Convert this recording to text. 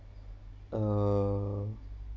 err